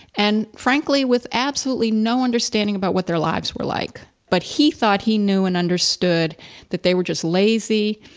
and frankly, with absolutely no understanding about what their lives were like, but he thought he knew and understood that they were just lazy,